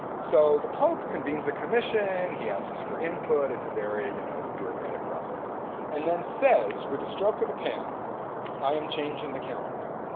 so the pope convenes a commission and asks for input. it's a very you know bureaucratic process and then says with the stroke of a pen i am changing the calendar.